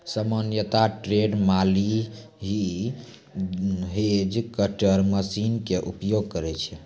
सामान्यतया ट्रेंड माली हीं हेज कटर मशीन के उपयोग करै छै